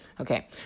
okay